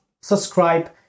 subscribe